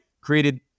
created